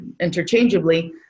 interchangeably